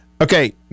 Okay